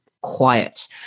quiet